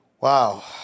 Wow